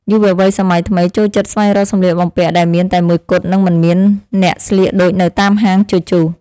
យុវវ័យសម័យថ្មីចូលចិត្តស្វែងរកសម្លៀកបំពាក់ដែលមានតែមួយគត់ និងមិនមានអ្នកស្លៀកដូចនៅតាមហាងជជុះ។